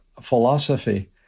philosophy